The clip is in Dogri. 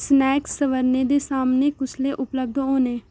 स्नैक्स सवारने दे सामनै कुसलै उपलब्ध होने